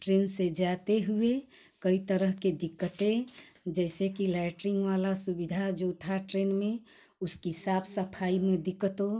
train से जाते हुए कई तरह की दिक्कते जैसे कि लैटरिंग वाला सुविधा जो था ट्रेन में उसकी साफ सफाई में दिक्कतों